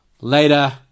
later